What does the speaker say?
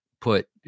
put